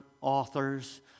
authors